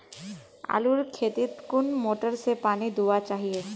आलूर खेतीत कुन मोटर से पानी दुबा चही?